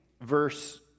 verse